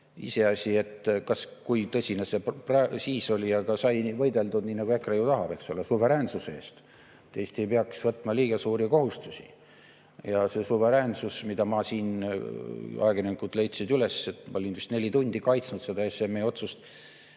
Iseasi, kui tõsine see siis oli, aga sai võideldud, nii nagu EKRE ju tahab, eks ole, suveräänsuse eest, et Eesti ei peaks võtma liiga suuri kohustusi. Ja see suveräänsus – ajakirjanikud leidsid üles, et ma olin vist neli tundi kaitsnud seda ESM-i otsust